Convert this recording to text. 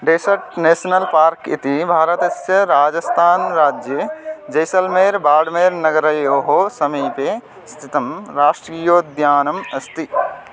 dessert national park इति भारतस्य राजस्तान् राज्ये जैसल्मेर् बाड्मेर् नगरयोः समीपे स्थितं राष्ट्रीयोद्यानम् अस्ति